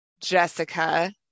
Jessica